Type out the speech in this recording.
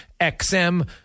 XM